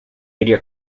media